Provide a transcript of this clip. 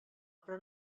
però